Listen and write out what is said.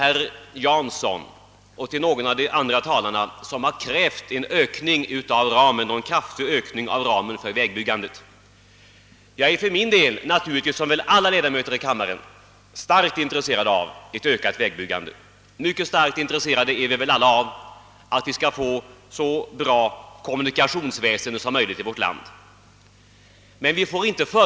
Herr Jansson och några andra talare har krävt en kraftig ökning av ramen för vägbyggandet, och i likhet med övriga ledamöter i denna kammare är jag naturligtvis mycket intresserad av ett ökat vägbyggande. Alla önskar vi få så bra kommunikationer som möjligt här i landet.